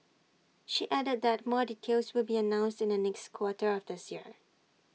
she added that more details will be announced in the next quarter of this year